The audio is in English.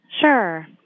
Sure